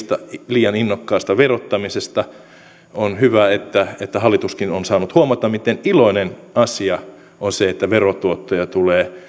liian innokkaasta verottamisesta ja on hyvä että hallituskin on saanut huomata miten iloinen asia on se että verotuottoja tulee